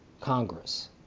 Congress